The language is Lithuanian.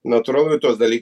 natūralu ir tuos daly